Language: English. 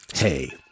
Hey